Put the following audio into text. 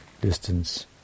distance